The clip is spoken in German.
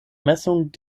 messung